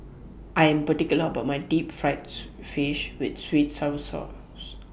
I Am particular about My Deep Fried Soup Fish with Sweet and Sour Sauce